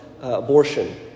abortion